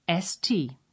st